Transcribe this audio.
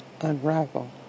unravel